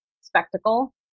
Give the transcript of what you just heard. spectacle